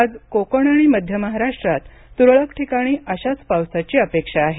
आज कोकण आणि मध्य महाराष्ट्रात तुरळक ठिकाणी अशाच पावसाची अपेक्षा आहे